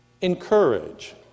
encourage